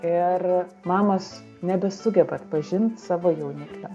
ir mamos nebesugeba atpažint savo jauniklio